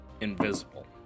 invisible